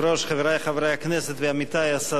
חברי חברי הכנסת ועמיתי השרים,